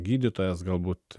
gydytojas galbūt